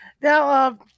Now